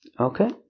Okay